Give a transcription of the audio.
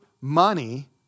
money